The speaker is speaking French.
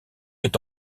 est